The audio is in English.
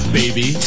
baby